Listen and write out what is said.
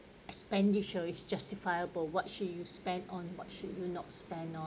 expenditure is justifiable what should you spent on what should you not spend